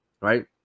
right